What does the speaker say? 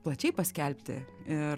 plačiai paskelbti ir